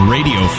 Radio